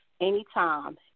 Anytime